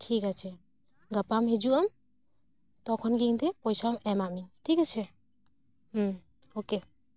ᱴᱷᱤᱠ ᱟᱪᱷᱮ ᱜᱟᱯᱟᱢ ᱦᱤᱡᱩᱜᱼᱟᱢ ᱛᱚᱠᱷᱚᱱ ᱜᱮ ᱤᱧ ᱫᱚ ᱯᱚᱭᱥᱟᱢ ᱮᱢᱟᱹᱧ ᱴᱷᱤᱠ ᱟᱪᱷᱮ ᱳᱠᱮ